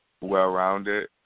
Well-rounded